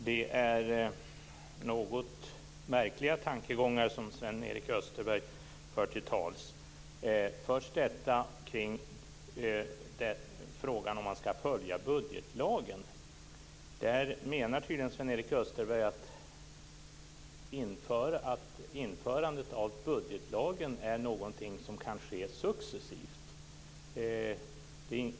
Herr talman! Det är något märkliga tankegångar som Sven-Erik Österberg för till tals. Det gäller först frågan om man skall följa budgetlagen. Sven-Erik Österberg menar tydligen att införandet av budgetlagen kan ske successivt.